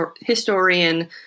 historian